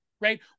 Right